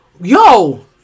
Yo